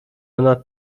ona